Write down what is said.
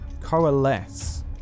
coalesce